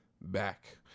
back